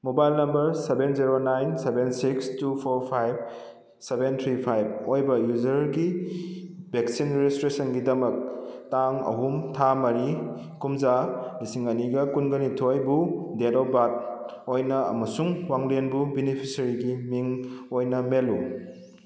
mobile number seven zero nine seven six two four five seven three five ꯑꯣꯏꯕ ꯌꯨꯖꯔꯒꯤ vaccine ꯔꯦꯖꯤꯁꯇ꯭ꯔꯦꯁꯟꯒꯤꯗꯃꯛ ꯇꯥꯡ ꯑꯍꯨꯝ ꯊꯥ ꯃꯔꯤ ꯀꯨꯝꯖꯥ ꯂꯤꯁꯤꯡ ꯑꯅꯤꯒ ꯀꯨꯟꯒꯅꯤꯊꯣꯏꯕꯨ ꯗꯦꯗ ꯑꯣꯐ ꯕꯥꯔꯠ ꯑꯣꯏꯅ ꯑꯃꯁꯨꯡ ꯋꯥꯡꯂꯦꯟꯕꯨ ꯕꯦꯅꯤꯐꯤꯁꯔꯤꯒꯤ ꯃꯤꯡ ꯑꯣꯏꯅ ꯃꯦꯜꯂꯨ